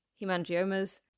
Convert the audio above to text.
hemangiomas